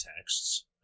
texts